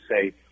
say